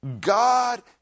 god